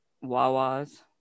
Wawa's